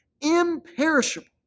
imperishable